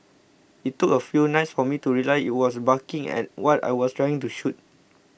it took a few nights for me to realise it was barking at what I was trying to shoot